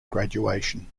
graduation